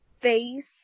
face